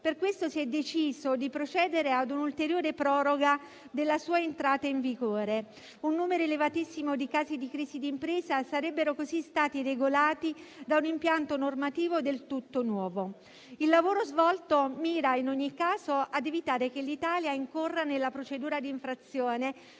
Per questo, si è deciso di procedere ad una ulteriore proroga della sua entrata in vigore. Un numero elevatissimo di casi di crisi di impresa sarebbero così stati regolati da un impianto normativo del tutto nuovo. Il lavoro svolto mira, in ogni caso, ad evitare che l'Italia incorra nella procedura di infrazione